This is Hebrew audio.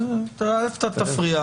אתה תפריע.